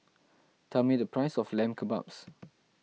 tell me the price of Lamb Kebabs